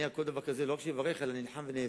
אני על כל דבר כזה לא רק מברך, אלא נלחם ונאבק